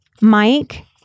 mike